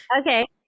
okay